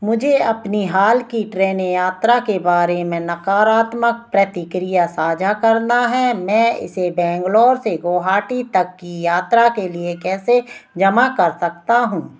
मुझे अपनी हाल की ट्रेन यात्रा के बारे में नकारात्मक प्रतिक्रिया साझा करना है मैं इसे बैंगलोर से गुवाहाटी तक की यात्रा के लिए कैसे जमा कर सकता हूँ